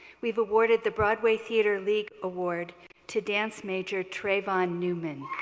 we've awarded the broadway theater league award to dance major trevon newman.